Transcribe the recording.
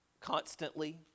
constantly